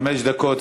חמש דקות.